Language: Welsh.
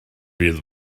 bydd